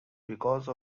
because